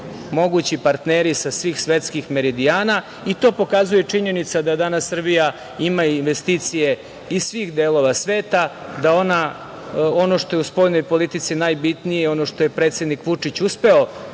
mogući partneri sa svih svetskih meridijana i to pokazuje i činjenica da danas Srbija ima investicije iz svih delova sveta, da ona, ono što je u spoljnoj politici najbitniji, ono što je predsednik Vučić uspeo